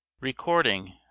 Recording